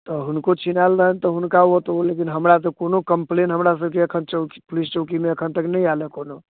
तऽ हुनको छिनायल रहनि तऽ हुनका ओ तऽ ओइदिन हमरा तऽ कोनो कम्पलेन हमरा सबके एखन चौकी पुलिस चौकीमे एखन तक नहि आयल अइ कोनो